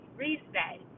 reset